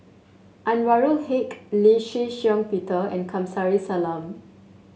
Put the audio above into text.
Anwarul Haque Lee Shih Shiong Peter and Kamsari Salam